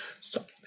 Stop